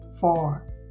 four